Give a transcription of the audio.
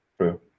true